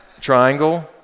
triangle